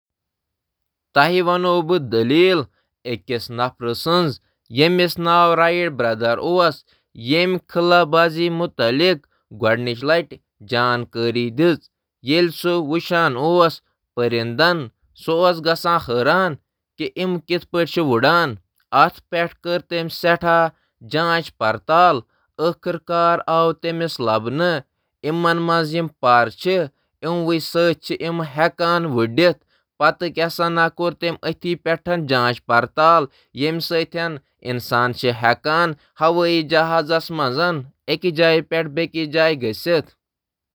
بہٕ چُھس یژھان ہوا بازی کِس مٲدانس منٛز أکِس اَہم شخصیتس مُتعلِق اکھ بیانیہ واتناوُن، یتھ رائٹ برادر ونان چھِ۔ قدرتی دنیاہس سۭتۍ تیم سٕنز دلچسپی، خاص طورس پیٹھ پرِندن ہنز پرواز کٕر انسٲنی پروازس منز پائیدار دلچسپی پٲدٕ۔ محنتی تحقیق تہٕ جدید سوچ کہ ذریعہٕ، تم کر اتھ دلچسپیس حقیقتس منٛز تبدیل کرنہٕ خاطرٕ اکھ مشن شروع۔ امہٕ سۭتۍ گوٚو سُہ اکھ ہوٲئی جہاز ڈیزائن تہٕ تعمیر کرنُک اہم فٲصلہٕ، یمہٕ سۭتۍ انسانن بے مثال آسانی سۭتۍ اکہٕ جایہٕ پیٹھ دیمس مقامس تام سفر کرنس قٲبل بنیو۔ تیم سٕنز شراکتہٕ چِھ نہٕ صرف ٹیکنالوجی منز اکھ اہم چھلانگ ہنز نمائندگی کران بلکہ ہوا بازی کہِ ترقی خٲطرٕہ بنیٲدی بنیاد تہٕ تھٲوٕن یتھ کٕن زَن اسہِ از تہٕ زانان چِھ۔